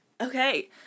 Okay